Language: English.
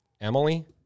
Emily